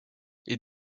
est